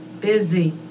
Busy